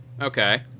Okay